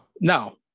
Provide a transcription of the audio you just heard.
no